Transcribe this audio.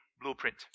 blueprint